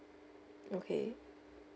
okay